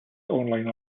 online